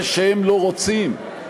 זה שהם לא רוצים,